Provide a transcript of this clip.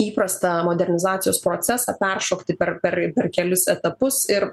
įprastą modernizacijos procesą peršokti per per per kelis etapus ir